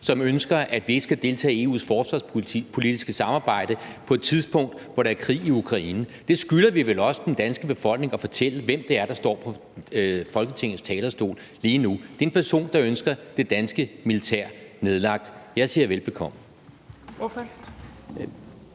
som ønsker, at vi ikke skal deltage i EU's forsvarspolitiske samarbejde, på et tidspunkt, hvor der er krig i Ukraine. Vi skylder vel også den danske befolkning at fortælle, hvem det er, der står på Folketingets talerstol lige nu. Det er en person, der ønsker det danske militær nedlagt. Jeg siger velbekomme.